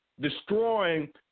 destroying